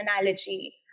analogy